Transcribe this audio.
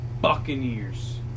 Buccaneers